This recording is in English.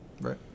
right